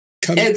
Come